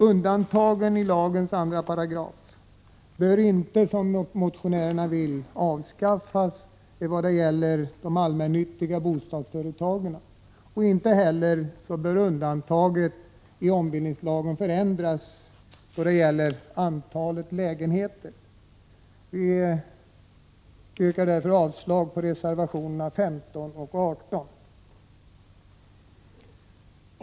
Undantagen i lagens andra paragraf bör inte som motionärerna vill avskaffas vad det gäller de allnännyttiga bostadsföretagen, och inte heller bör undantaget i ombildningslagen förändras då det gäller antalet lägenheter. Jag yrkar avslag på reservationerna 15 och 18.